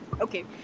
okay